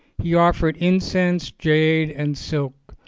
he offered incense, jade, and silk,